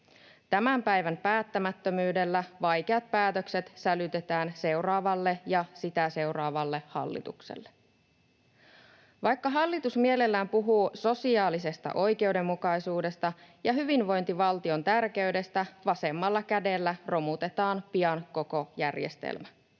Tämän päivän päättämättömyydellä vaikeat päätökset sälytetään seuraavalle ja sitä seuraavalle hallitukselle. Vaikka hallitus mielellään puhuu sosiaalisesta oikeudenmukaisuudesta ja hyvinvointivaltion tärkeydestä, vasemmalla kädellä romutetaan pian koko järjestelmä.